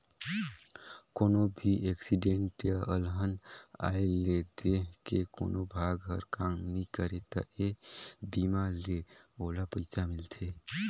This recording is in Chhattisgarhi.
कोनो भी एक्सीडेंट य अलहन आये ले देंह के कोनो भाग हर काम नइ करे त ए बीमा ले ओला पइसा मिलथे